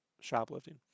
shoplifting